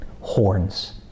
horns